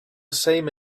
same